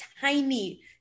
tiny